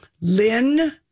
Lynn